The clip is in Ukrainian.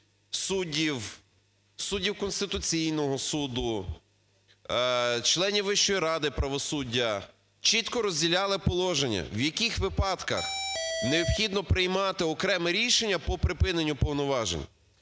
суддів Конституційного Суду, членів Вищої ради правосуддя, чітко розділяли положення, в яких випадках необхідно приймати окреме рішення про припинення повноважень,